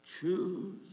Choose